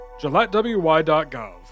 gillettewy.gov